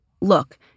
look